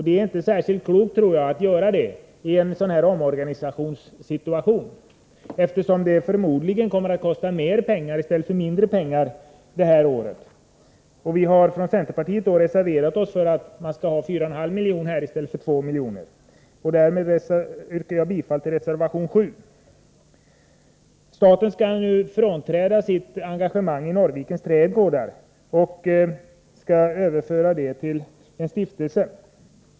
Det är inte särskilt klokt att göra det i en situation när en omorganisation skall göras, vilket gör att verksamheten förmodligen kommer att kosta mer detta år. Från centerpartiet har vi reserverat oss och föreslagit att 4,5 milj.kr. skall anvisas i stället för 2 milj.kr. Därmed yrkar jag bifall till reservation 7. Staten skall nu frånträda sitt engagemang i Norrvikens trädgårdar. En överföring till en stiftelse skall ske.